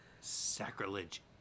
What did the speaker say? sacrilege